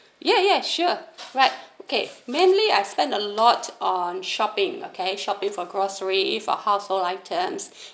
yes yes sure alright okay mainly I spend a lot on shopping okay shopping for grocery if our household items